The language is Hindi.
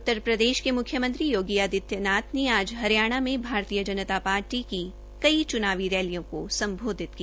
उत्तर प्रदेश के मुख्यमंत्री योगी आदित्य नाथ ने आज हरियाणा में भाजपा की कई चुनावी रैलियों का सम्बोधित किया